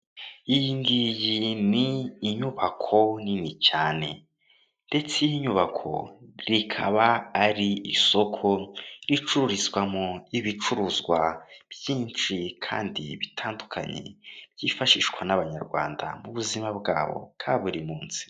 Iyi ngiyi ni inyubako nini cyane, ndetse iyi nyubako rikaba ari isoko ricururizwamo ibicuruzwa byinshi kandi bitandukanye, byifashishwa n'abanyarwanda mu buzima bwabo bwa buri munsi.